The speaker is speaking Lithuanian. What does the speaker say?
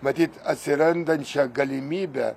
matyt atsirandančią galimybę